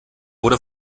wurde